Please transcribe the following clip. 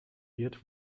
wird